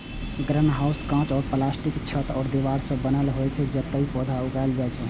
greenhouse कांच या प्लास्टिकक छत आ दीवार सं बनल होइ छै, जतय पौधा उगायल जाइ छै